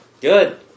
Good